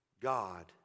God